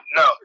no